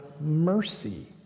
mercy